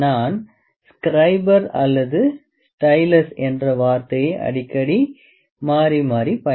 நான் ஸ்க்ரைபர் அல்லது ஸ்டைலஸ் என்ற வார்த்தையை அடிக்கடி மாறி மாறி பயன்படுத்துவேன்